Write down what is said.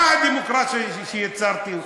מה הדמוקרטיה שיצרתי?